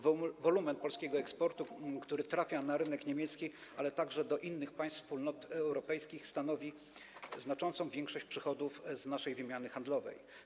Wolumen polskiego eksportu, który trafia na rynek niemiecki, ale także do innych państw Wspólnot Europejskich, stanowi znaczącą większość przychodów z naszej wymiany handlowej.